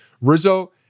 Rizzo